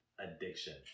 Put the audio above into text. Addiction